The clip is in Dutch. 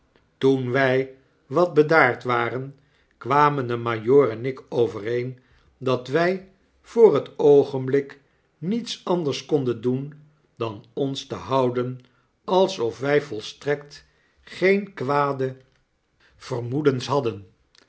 toen wij wat bedaard waren kwamen de majoor en ik overeen dat wij voor het oogenblik niets anders konden doen dan ons te houden alsof wij volstrekt geen kwade vermoedens hadden